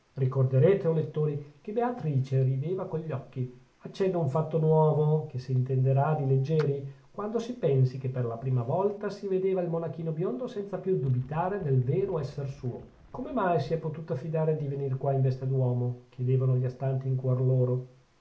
ricorderete o lettori che beatrice rideva con gli occhi accenno un fatto nuovo che s'intenderà di leggieri quando si pensi che per la prima volta si vedeva il monachino biondo senza più dubitare del vero esser suo come mai si è potuta fidare di venir qua in veste d'uomo chiedevano gli astanti in cuor loro